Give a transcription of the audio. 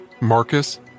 Marcus